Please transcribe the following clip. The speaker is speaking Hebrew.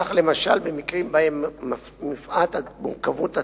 למשל במקרים שבהם מפאת מורכבות התיק,